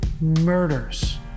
murders